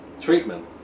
treatment